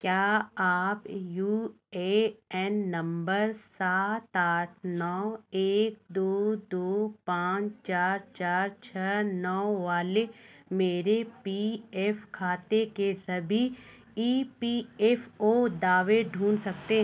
क्या आप U A N number सात आठ नौ एक दो दो दो पाँच चार चार छः नौ वाले मेरे पी एफ खाते के सभी ई पी एफ ओ दावे ढूँढ सकते